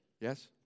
Yes